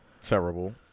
Terrible